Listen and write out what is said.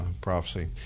prophecy